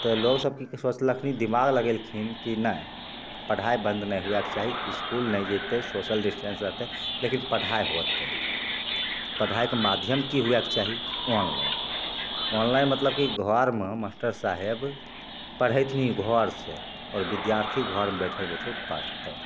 तऽ लोकसभ कि सोचलखिन दिमाग लगेलखिन कि नहि पढ़ाइ बन्द नहि हुएके चाही इसकुल नहि जएतै सोशल डिस्टेन्स रहतै लेकिन पढ़ाइ होतै तऽ पढ़ाइके माध्यम कि हुएके चाही ऑनलाइन ऑनलाइन मतलब कि घरमे मास्टर साहेब पढ़ेथिन घरसे आओर विद्यार्थी घरमे बैठल बैठल पढ़तै